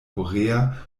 korea